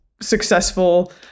successful